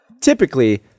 typically